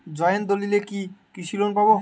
Joint দলিলে কি কৃষি লোন পাব?